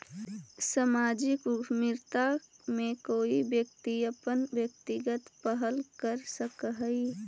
सामाजिक उद्यमिता में कोई व्यक्ति अपन व्यक्तिगत पहल कर सकऽ हई